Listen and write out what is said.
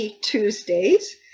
Tuesdays